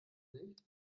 nicht